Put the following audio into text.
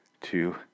two